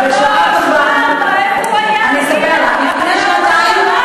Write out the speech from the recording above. איפה הוא היה לפני שנתיים, שלוש שנים, ארבע?